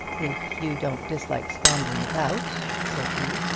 if you don't dislike scrambling about, said he,